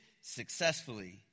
successfully